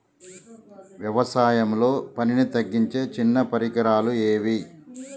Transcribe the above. వ్యవసాయంలో పనిని తగ్గించే చిన్న పరికరాలు ఏవి?